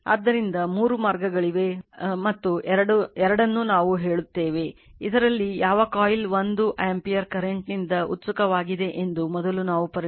ಆದ್ದರಿಂದ ಮೂರು ಮಾರ್ಗಗಳಿವೆ ಮತ್ತು ಎರಡನ್ನೂ ನಾವು ಹೇಳುತ್ತೇವೆ ಇದರಲ್ಲಿ ಯಾವ ಕಾಯಿಲ್ 1 ಆಂಪಿಯರ್ ಕರೆಂಟ್ ನಿಂದ ಉತ್ಸುಕವಾಗಿದೆ ಎಂದು ಮೊದಲು ನಾವು ಪರಿಗಣಿಸುತ್ತೇವೆ